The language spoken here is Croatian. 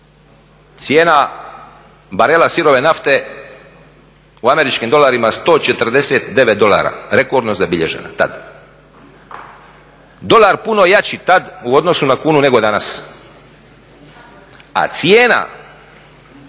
Cijena barela sirove nafte u američkim dolarima, 149 dolara, rekordno zabilježena, tada. Dolar puno jači tada u odnosu na kunu, nego danas. A cijena